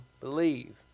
believe